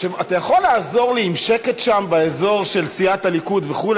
אתה יכול לעזור לי שם עם שקט באזור של סיעת הליכוד וכו',